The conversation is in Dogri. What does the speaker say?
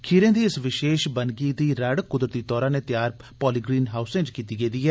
खीरें दी इस विशेष बनगी दी रड़ कुदरती तौरा नै तैआर पॉलीग्रीन हाउस च कीती गेदी ऐ